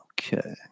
Okay